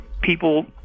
people